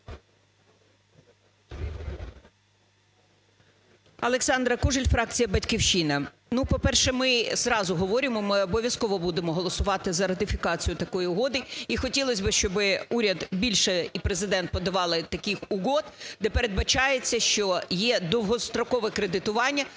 Олександра Кужель, фракція "Батьківщина".